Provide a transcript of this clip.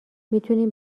میتوانیم